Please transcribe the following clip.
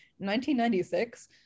1996